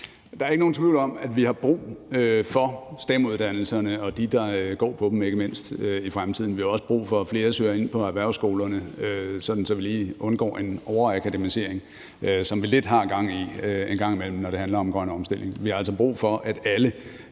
Der er ikke nogen tvivl om, at vi har brug for STEM-uddannelserne og ikke mindst dem, der går på dem, i fremtiden. Vi har også brug for, at flere søger ind på erhvervsskolerne, så vi lige undgår en overakademisering, som vi lidt har gang i en gang imellem, når det handler om grøn omstilling. Vi har altså brug for, at alle